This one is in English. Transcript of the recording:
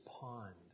pond